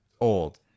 Old